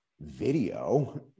video